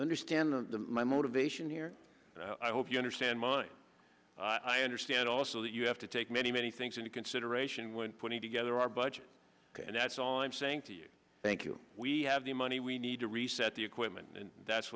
understand my motivation here i hope you understand mine i understand also that you have to take many many things into consideration when putting together our budget and that's all i'm saying to you thank you we have the money we need to reset the equipment and that's